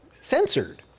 censored